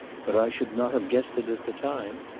but i should not have guessed it at the time.